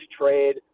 trade